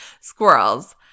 squirrels